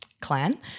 clan